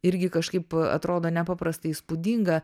irgi kažkaip atrodo nepaprastai įspūdinga